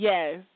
Yes